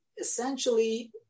essentially